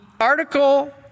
article